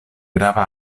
grava